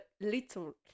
little